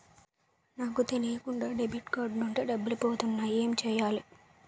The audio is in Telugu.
నాకు తెలియకుండా డెబిట్ కార్డ్ నుంచి డబ్బులు పోతున్నాయి ఎం చెయ్యాలి?